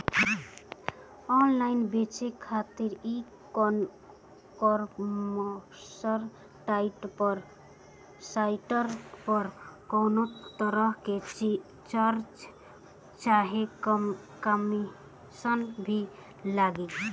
Online बेचे खातिर e commerce site पर कौनोतरह के चार्ज चाहे कमीशन भी लागी?